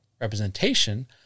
representation